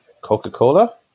coca-cola